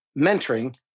mentoring